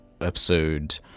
episode